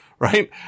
Right